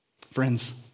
Friends